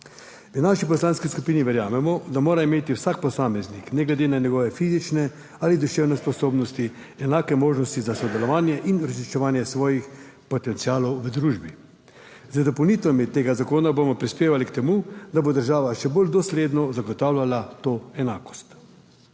V naši poslanski skupini verjamemo, da mora imeti vsak posameznik, ne glede na njegove fizične ali duševne sposobnosti, enake možnosti za sodelovanje in uresničevanje svojih potencialov v družbi. Z dopolnitvami tega zakona bomo prispevali k temu, da bo država še bolj dosledno zagotavljala to enakost.